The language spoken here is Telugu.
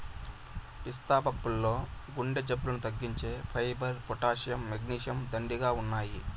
పిస్తా పప్పుల్లో గుండె జబ్బులను తగ్గించే ఫైబర్, పొటాషియం, మెగ్నీషియం, దండిగా ఉన్నాయి